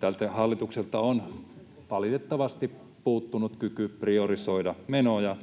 Tältä hallitukselta on valitettavasti puuttunut kyky priorisoida menoja,